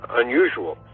unusual